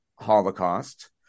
Holocaust